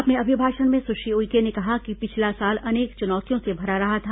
अपने अभिभाषण में सुश्री उइके ने कहा कि पिछला साल अनेक चुनौतियों से भरा रहा था